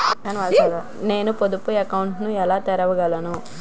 నేను పొదుపు అకౌంట్ను ఎలా తెరవగలను?